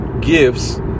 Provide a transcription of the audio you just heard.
Gifts